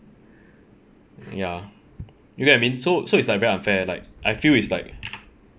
ya you get what I mean so so it's like very unfair like I feel is like